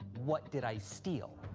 what did i steal?